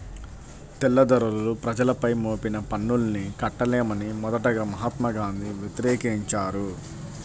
తెల్లదొరలు ప్రజలపై మోపిన పన్నుల్ని కట్టలేమని మొదటగా మహాత్మా గాంధీ వ్యతిరేకించారు